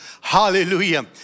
Hallelujah